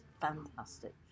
fantastic